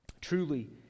Truly